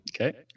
okay